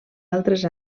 altres